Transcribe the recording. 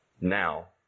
now